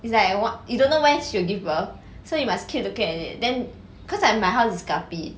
it's like what you don't know when she will give birth so you must keep looking at it then cause like my house is guppy